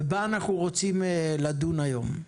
ובה אנחנו רוצים לדון היום.